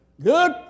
Good